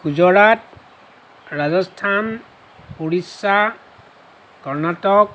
Gujarat Rajasthan Orissa Karnataka